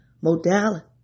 modality